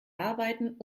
arbeiten